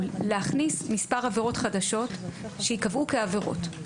להכניס מספר עבירות חדשות שייקבעו כעבירות.